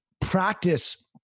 practice